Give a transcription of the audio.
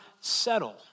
settle